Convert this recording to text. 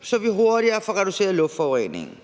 så vi hurtigere får reduceret luftforureningen.